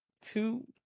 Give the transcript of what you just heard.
two